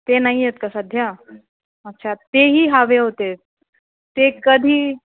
ते नाही आहेत का सध्या अच्छा तेही हवे होते ते कधी